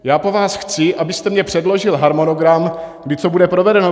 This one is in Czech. Já po vás chci, abyste mi předložil harmonogram, kdy co bude provedeno.